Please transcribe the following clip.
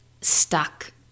stuck